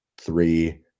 three